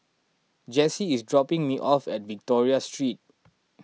Jessee is dropping me off at Victoria Street